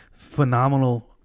Phenomenal